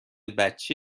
بچه